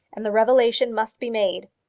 and the revelation must be made.